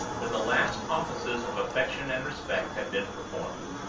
when the last offices of affection and respect had been performed,